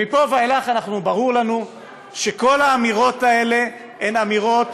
מפה ואילך ברור לנו שכל האמירות האלה הן אמירות